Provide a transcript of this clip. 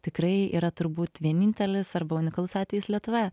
tikrai yra turbūt vienintelis arba unikalus atvejis lietuvoje